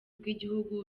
bw’igihugu